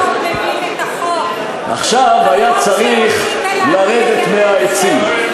לא מבינים את החוק, עכשיו היה צריך לרדת מהעצים.